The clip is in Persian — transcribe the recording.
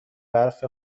برف